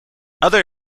other